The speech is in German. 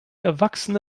erwachsene